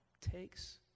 takes